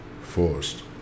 forced